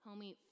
homie